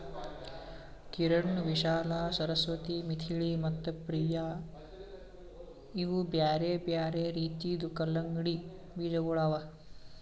ಕಿರಣ್, ವಿಶಾಲಾ, ಸರಸ್ವತಿ, ಮಿಥಿಳಿ ಮತ್ತ ಪ್ರಿಯ ಇವು ಬ್ಯಾರೆ ಬ್ಯಾರೆ ರೀತಿದು ಕಲಂಗಡಿ ಬೀಜಗೊಳ್ ಅವಾ